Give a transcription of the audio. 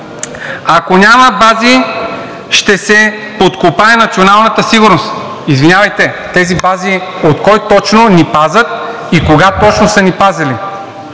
„Ако няма бази, ще се подкопае националната сигурност.“ Извинявайте, тези бази от кой точно ни пазят и кога точно са ни пазили?